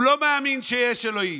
הוא לא מאמין שיש אלוהים.